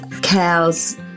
Cows